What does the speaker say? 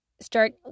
start